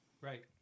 Right